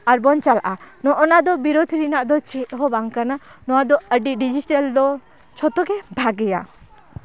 ᱟᱨ ᱵᱚᱱ ᱪᱟᱞᱟᱜᱼᱟ ᱱᱚᱜᱼᱚᱭ ᱱᱟ ᱫᱚ ᱵᱤᱨᱳᱫ ᱨᱮᱱᱟᱜ ᱫᱚ ᱪᱮᱫ ᱦᱚᱸ ᱵᱟᱝ ᱠᱟᱱᱟ ᱱᱚᱣᱟ ᱫᱚ ᱟᱹᱰᱤ ᱰᱤᱡᱤᱴᱮᱞ ᱫᱚ ᱡᱷᱚᱛᱚ ᱜᱮ ᱵᱷᱟᱜᱮᱭᱟ